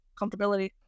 comfortability